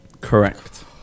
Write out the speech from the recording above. Correct